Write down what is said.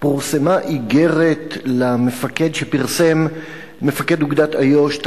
פורסמה איגרת למפקד שפרסם מפקד אוגדת איו"ש,